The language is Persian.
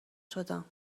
شدم